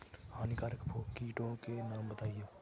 हानिकारक कीटों के नाम बताएँ?